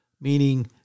Meaning